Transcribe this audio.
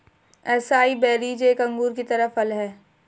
acai berries एक अंगूर की तरह फल हैं